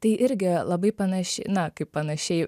tai irgi labai panaši na kaip panašiai